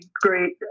great